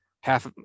half